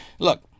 look